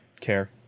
care